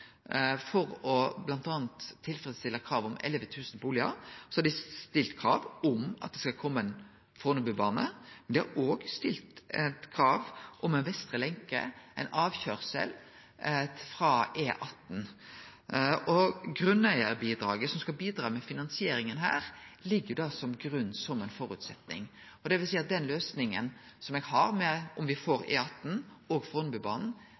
om at det skal kome ein Fornebubane, men dei har også stilt krav om ei vestre lenke, ein avkøyrsel frå E18. Grunneigarbidraget, som skal bidra med finansiering her, ligg der til grunn, som ein føresetnad. Det vil seie at den løysinga som eg har om me får E18 og